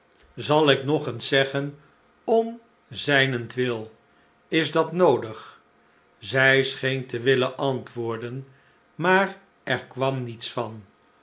zal ik nog eens zeggen om zijnentwil is dat noodig zij scheen te will en antwoorden maar er kwam niets van